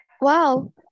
Wow